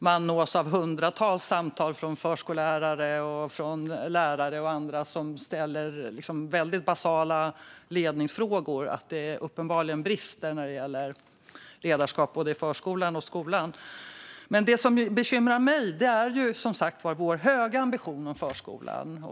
Man nås av hundratals samtal från förskollärare, lärare och andra som tar upp väldigt basala ledningsfrågor. Uppenbarligen brister det när det gäller ledarskap i både förskolan och skolan. Det som bekymrar mig är som sagt var vår höga ambition för förskolan.